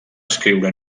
escriure